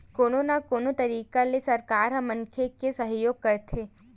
कोनो न कोनो तरिका ले सरकार ह मनखे के सहयोग करथे